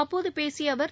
அப்போது பேசிய அவர்